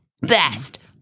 best